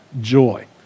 joy